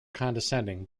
condescending